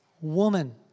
woman